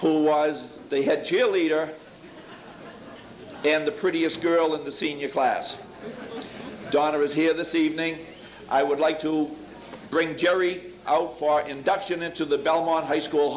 who was they had cheerleader and the prettiest girl in the senior class daughter is here this evening i would like to bring jerry out for induction into the belmont high school